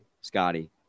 Scotty